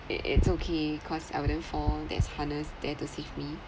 it it's okay cause I wouldn't fall there's harness there to seise me